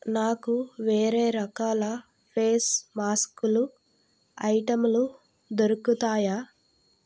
నాకు వేరే రకాల ఫేస్ మాస్కులు ఐటెంలు దొరుకుతాయా